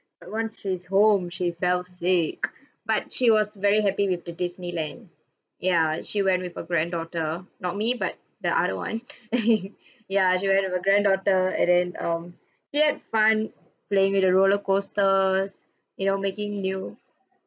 but once she's home she fell sick but she was very happy with the disneyland yeah she went with her granddaughter not me but the other one ya she went with her granddaughter and then um she had fun playing it with the roller coasters you know making new